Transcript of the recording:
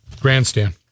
Grandstand